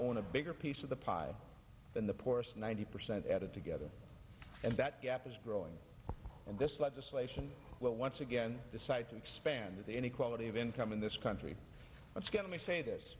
own a bigger piece of the pie than the poorest ninety percent added together and that gap is growing and this legislation will once again decide to expand the inequality of income in this country that's going to say this